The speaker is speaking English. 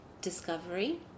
discovery